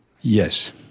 Yes